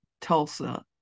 Tulsa